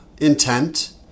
intent